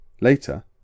Later